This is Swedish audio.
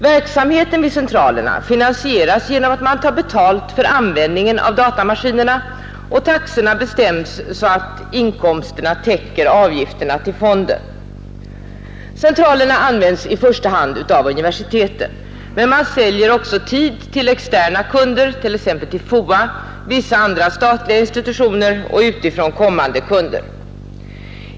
Verksamheten vid centralerna finan 14 april 1972 sieras genom att man tar betalt för användningen av datamaskinerna, och = taxorna bestäms så att inkomsterna täcker avgifterna till fonden. Universitetens data Centralerna används i första hand av universiteten, men man säljer maskincentraler också tid till externa kunder, t.ex. FOA, vissa andra statliga institutioner och utifrån kommande kunder.